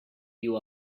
you